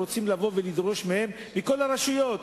רוצים לבוא ולדרוש מכל הרשויות,